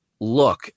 look